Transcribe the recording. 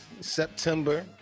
September